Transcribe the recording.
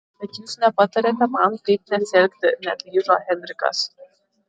bet jūs nepatariate man taip nesielgti neatlyžo henrikas